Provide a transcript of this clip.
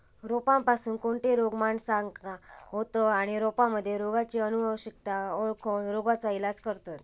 रोपांपासून कोणते रोग माणसाका होतं आणि रोपांमध्ये रोगाची अनुवंशिकता ओळखोन रोगाचा इलाज करतत